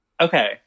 Okay